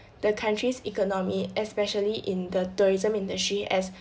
the country's economy especially in the tourism industry as